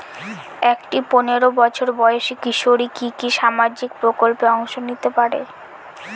একটি পোনেরো বছর বয়সি কিশোরী কি কি সামাজিক প্রকল্পে অংশ নিতে পারে?